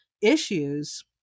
issues